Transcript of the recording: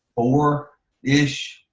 four ish,